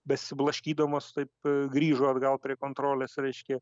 besiblaškydamos taip grįžo atgal prie kontrolės reiškia